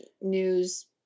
news